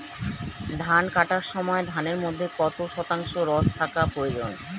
ধান কাটার সময় ধানের মধ্যে কত শতাংশ রস থাকা প্রয়োজন?